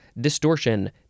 Distortion